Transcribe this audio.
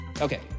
Okay